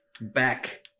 back